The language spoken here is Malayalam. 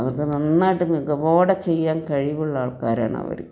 അവർക്ക് നന്നായിട്ട് മികവോടെ ചെയ്യാൻ കഴിവുള്ള ആൾക്കാരാണ് അവർ